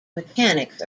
mechanics